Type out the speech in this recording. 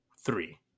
Three